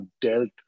dealt